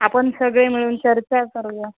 आपण सगळे मिळून चर्चा करूया